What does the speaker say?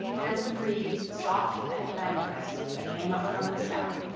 and the breeze soft and languorous that came up from the south,